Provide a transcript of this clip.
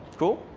cool?